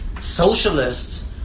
Socialists